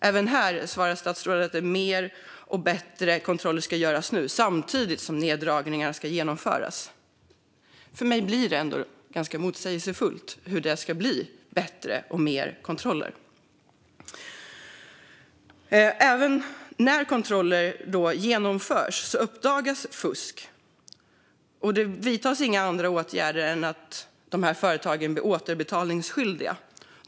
Statsrådet svarar att fler och bättre kontroller ska göras, samtidigt som neddragningar ska genomföras. För mig blir det ganska motsägelsefullt. Även när kontroller genomförs och fusk uppdagas vidtas inga andra åtgärder än att företagen blir återbetalningsskyldiga.